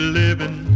living